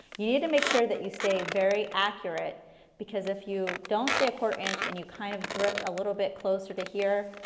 you need to make sure that you stay very accurate because if you don't stay a quarter inch and you kind of drift a little bit closer to here,